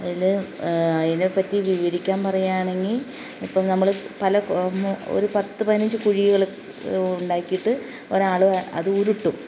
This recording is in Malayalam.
അതിൽ അതിനെപ്പറ്റി വിവരിക്കാൻ പറയാണെങ്കിൽ ഇപ്പം നമ്മൾ പല ഒരു പത്ത് പതിനഞ്ച് കുഴികൾ ഉണ്ടാക്കിയിട്ട് ഒരാൾ അത് ഉരുട്ടും